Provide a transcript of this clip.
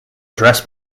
address